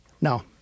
no